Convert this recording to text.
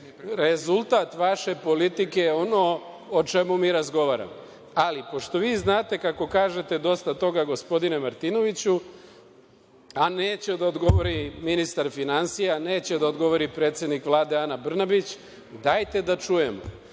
sveta. Rezultat politike je ono o čemu mi razgovaramo. Ali, pošto vi znate, kako kažete dosta toga, gospodine Martinoviću, a neće da odgovori ministar finansija, neće da odgovori predsednik Vlade Ana Brnabić, dajte da čujem,